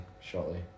shortly